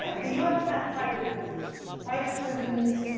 yeah the u s has private prisons, private prisons,